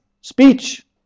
speech